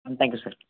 ம் thank you sir